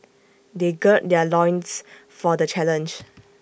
they gird their loins for the challenge